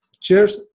Cheers